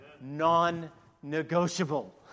non-negotiable